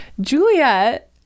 Juliet